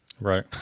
Right